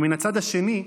ומן הצד השני,